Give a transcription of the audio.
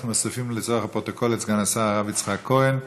להודות לסגן השר הרב יצחק כהן.